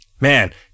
man